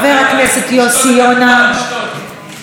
חבר הכנסת יואל חסון אינו נוכח,